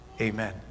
amen